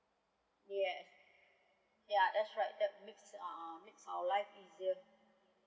yes ya that's right that makes uh makes our life easier